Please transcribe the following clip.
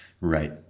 right